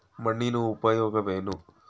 ಮಣ್ಣಿನ ಉಪಯೋಗವೇನು?